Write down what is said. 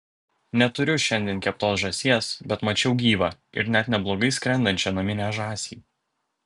neturiu šiandien keptos žąsies bet mačiau gyvą ir net neblogai skrendančią naminę žąsį